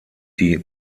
die